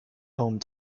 home